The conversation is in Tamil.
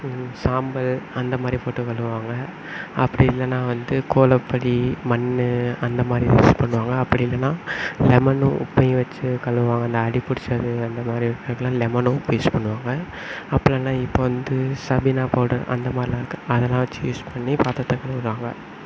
சாம்பல் அந்த மாதிரி போட்டும் கழுவுவாங்க அப்படி இல்லைன்னா வந்து கோலப்படி மண்ணு அந்த மாதிரி யூஸ் பண்ணுவாங்க அப்படி இல்லைன்னா லெமனும் உப்பையும் வெச்சு கழுவுவாங்க இந்த அடி பிடிச்சது அந்த மாதிரி இருக்கிறதுலாம் லெமனும் உப்பு யூஸ் பண்ணுவாங்க அப்புறம்னா இப்போ வந்து சபினா பவுடர் அந்த மாதிரிலாம் இருக்குது அதெல்லாம் வெச்சு யூஸ் பண்ணி பாத்திரத்தை கழுவுகிறாங்க